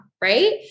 right